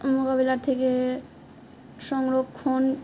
মোকাবিলার থেকে সংরক্ষণ